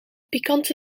pikante